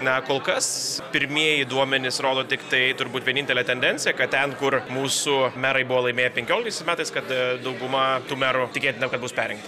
na kol kas pirmieji duomenys rodo tiktai turbūt vienintelę tendenciją kad ten kur mūsų merai buvo laimėję penkioliktaisiais metais kad dauguma merų tikėtina kad bus perrinkti